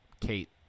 kate